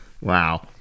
Wow